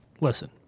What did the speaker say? Listen